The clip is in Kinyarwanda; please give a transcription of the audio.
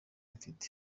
mfite